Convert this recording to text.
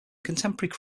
contemporary